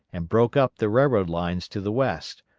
and broke up the railroad lines to the west,